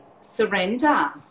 surrender